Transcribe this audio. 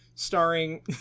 starring